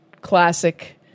classic